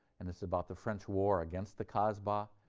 and it's about the french war against the kasbah,